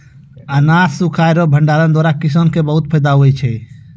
अनाज सुखाय रो भंडारण द्वारा किसान के बहुत फैदा हुवै छै